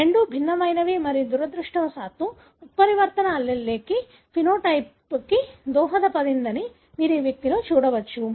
రెండూ భిన్నమైనవి మరియు దురదృష్టవశాత్తు ఉత్పరివర్తన allele సమలక్షణానికి దోహదపడిందని మీరు ఈ వ్యక్తిలో చూడవచ్చు